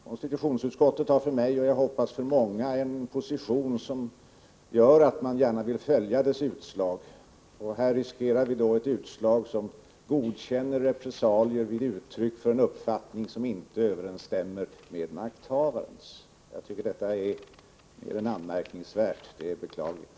Konstitutionsutskottet har för mig och jag hoppas för många en position | som gör att man gärna vill följa dess utslag. Här riskerar vi då ett utslag som | innebär att man godkänner repressalier vid uttryck för en uppfattning som inte överensstämmer med makthavarens. Jag tycker att detta är mer än anmärkningsvärt — det är beklagligt.